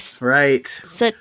Right